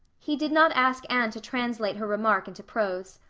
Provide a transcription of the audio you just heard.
he did not ask anne to translate her remark into prose.